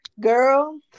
girl